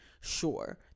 sure